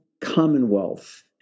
commonwealth